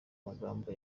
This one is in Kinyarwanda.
magambo